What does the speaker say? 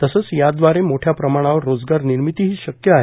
तसेच यादवारे मोठ्या प्रमाणावर रोजगार निर्मितीही शक्य आहे